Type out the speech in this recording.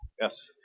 Yes